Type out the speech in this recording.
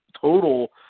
total